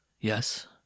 Yes